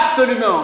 Absolument